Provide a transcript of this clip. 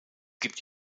gibt